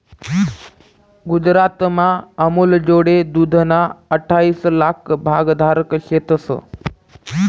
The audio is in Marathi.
गुजरातमा अमूलजोडे दूधना अठ्ठाईस लाक भागधारक शेतंस